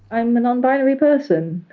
i'm a non-binary person,